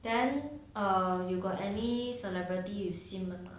then ah you got any celebrities you simp or not